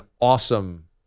awesome